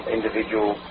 individual